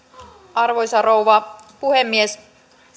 arvoisa rouva puhemies